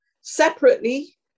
separately